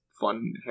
fun